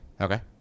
Okay